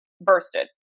bursted